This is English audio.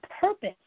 purpose